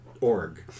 org